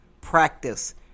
practice